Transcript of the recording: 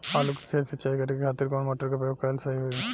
आलू के खेत सिंचाई करे के खातिर कौन मोटर के प्रयोग कएल सही होई?